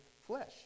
flesh